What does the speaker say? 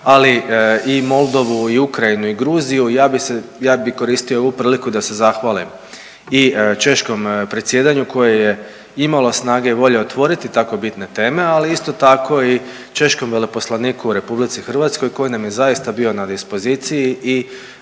ali i Moldovu i Ukrajinu i Gruziju. I ja bi koristio ovu priliku da se zahvalim i češkom predsjedanju koje je imalo snage i volje otvoriti tako bitne teme, ali isto tako i češkom veleposlaniku u RH koji nam je zaista bio na dispoziciji i